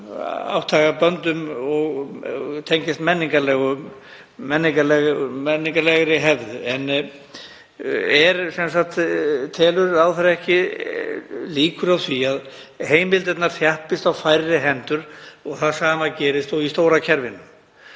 átthagaböndum og tengjast menningarlegri hefð. Telur ráðherra ekki líkur á því að heimildirnar þjappist á færri hendur og það sama gerist og í stóra kerfinu?